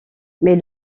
mais